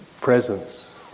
presence